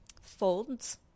folds